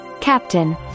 Captain